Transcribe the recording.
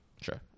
Sure